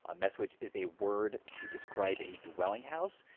ah messuage is a word to describe a dwelling house.